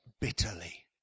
bitterly